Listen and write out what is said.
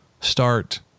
start